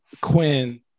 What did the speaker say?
Quinn